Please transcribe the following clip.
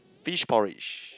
fish porridge